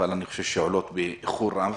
אבל אני חושב שהן עולות באיחור רב,